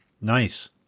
Nice